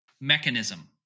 mechanism